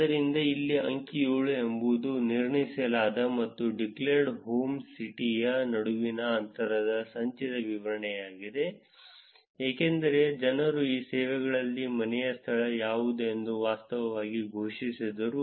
ಆದ್ದರಿಂದ ಇಲ್ಲಿ ಅಂಕಿ 7 ಎಂಬುದು ನಿರ್ಣಯಿಸಲಾದ ಮತ್ತು ಡಿಕ್ಲೇರ್ಡ್ ಹೋಮ್ ಸಿಟಿಯ ನಡುವಿನ ಅಂತರದ ಸಂಚಿತ ವಿತರಣೆಯಾಗಿದೆ ಏಕೆಂದರೆ ಜನರು ಈ ಸೇವೆಗಳಲ್ಲಿ ಮನೆಯ ಸ್ಥಳ ಯಾವುದು ಎಂದು ವಾಸ್ತವವಾಗಿ ಘೋಷಿಸಿದರು